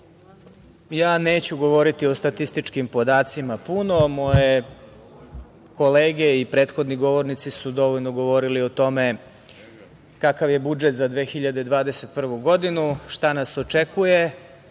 ja neću govoriti o statističkim podacima puno, moje kolege i prethodni govornici su dovoljno govorili o tome kakav je budžet za 2021. godinu, šta nas očekuje. Nadamo